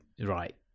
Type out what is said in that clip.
right